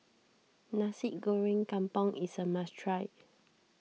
Nasi Goreng Kampung is a must try